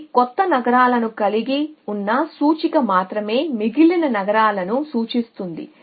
ఇది కొత్త నగరాలను కలిగి ఉన్న సూచిక మాత్రమే మిగిలిన నగరాలను సూచిస్తుంది